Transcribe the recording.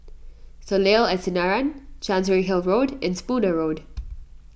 Soleil at Sinaran Chancery Hill Road and Spooner Road